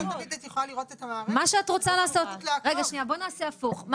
מה שאת רוצה לעשות, רגע שנייה, בואו נעשה הפוך.